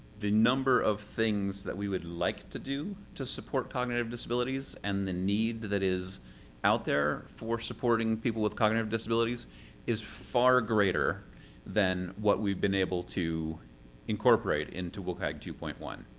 the number of things that we would like to do to support cognitive disabilities and the need that is out there for supporting people with cognitive disabilities is far greater than what we've been able to incorporate into wcag two point one.